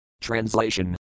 Translation